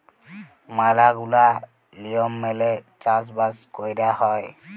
ম্যালা গুলা লিয়ম মেলে চাষ বাস কয়রা হ্যয়